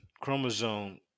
chromosome